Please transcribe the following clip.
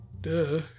Duh